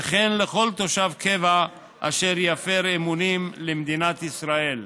וכן לכל תושב קבע אשר יפר אמונים למדינת ישראל.